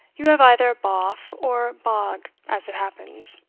you have either boff or bog as it happens.